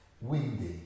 windy